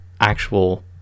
actual